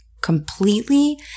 completely